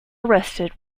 arrested